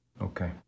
Okay